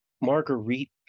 Marguerite